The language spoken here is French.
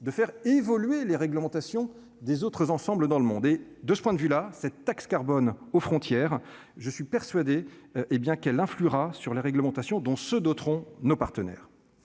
de faire évoluer les réglementations des autres ensembles dans le monde et de ce point de vue-là, cette taxe carbone aux frontières, je suis persuadé, hé bien, qu'elle influera sur les réglementations dont se doteront nos partenaires